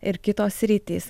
ir kitos sritys